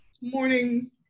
morning